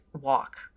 walk